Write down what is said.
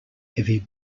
heavy